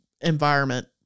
environment